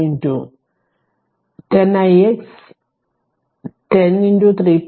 2 അതായത് ഈ 10 ix 10 3